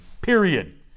period